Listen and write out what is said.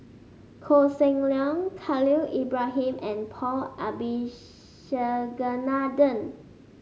Koh Seng Leong Khalil Ibrahim and Paul Abisheganaden